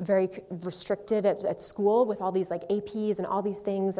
very restrictive at school with all these like a p s and all these things